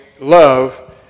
love